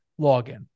login